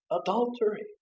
adultery